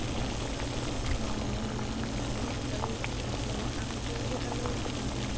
ಮತ್ತು ನಾವು ಮನೆಯಲ್ಲಿ ಮಾಡಿದ್ನೆಂದ್ರೆ ಅದು ರುಚಿಯಾಗಿ ಕಾಣುತ್ತೆ ಹೋಟೆಲ್ ಹೋಗಿ ತಿಂದರೆ